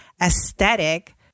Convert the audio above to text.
aesthetic